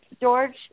George